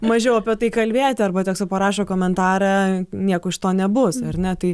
mažiau apie tai kalbėti arba tiesiog parašo komentarą nieko iš to nebus ar ne tai